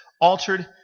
altered